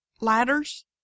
ladders